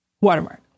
Watermark